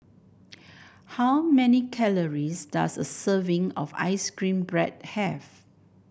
how many calories does a serving of ice cream bread have